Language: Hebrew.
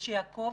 ושיעקוב,